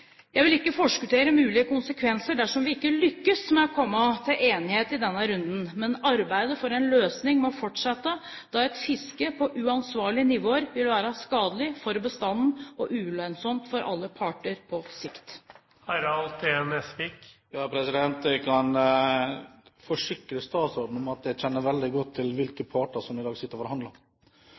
Jeg vil ikke forskuttere mulige konsekvenser dersom vi ikke lykkes med å komme til enighet i denne runden. Men arbeidet for en løsning må fortsette, da et fiske på uansvarlige nivåer vil være skadelig for bestanden og ulønnsomt for alle parter på sikt. Jeg kan forsikre statsråden om at jeg kjenner veldig godt til hvilke parter som i dag sitter og